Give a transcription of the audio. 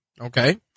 Okay